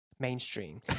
mainstream